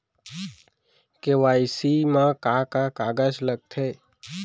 KYC मा का का कागज लगथे?